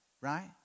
right